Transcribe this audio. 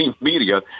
media